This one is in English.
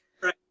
Right